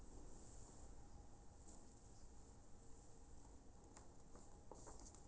mm